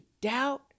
doubt